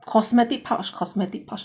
cosmetic pouch cosmetic pouch